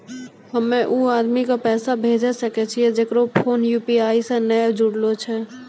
हम्मय उ आदमी के पैसा भेजै सकय छियै जेकरो फोन यु.पी.आई से नैय जूरलो छै?